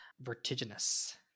vertiginous